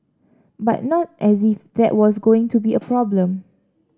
but not as if that was going to be a problem